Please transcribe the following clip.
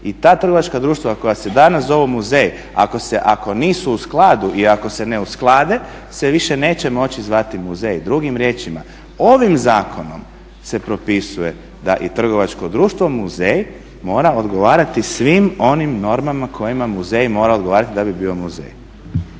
i ta trgovačka društva koja se danas zovu muzej ako nisu u skladu i ako se ne usklade se više nećemo moći zvati muzej. Drugim riječima ovim zakonom se propisuje da i trgovačko društvo muzej mora odgovarati svim onim normama kojima muzej mora odgovarati da bi bio muzej.